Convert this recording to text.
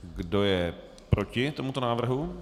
Kdo je proti tomuto návrhu?